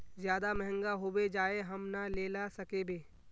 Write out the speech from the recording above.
ज्यादा महंगा होबे जाए हम ना लेला सकेबे?